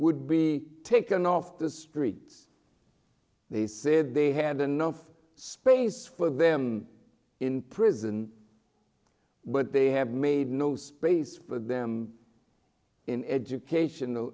would be taken off the streets they said they had enough space for them in prison but they have made no space for them in education